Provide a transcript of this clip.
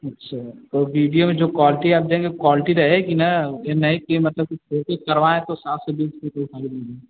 अच्छा तो वीडियो में जो क्वालटी आप देंगे क्वालटी रहेगी न ये नहीं कि मतलब कि करवाएँ तो साफ सभी फाेटो सारी मिलें